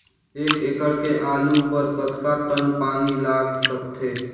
एक एकड़ के आलू बर कतका टन पानी लाग सकथे?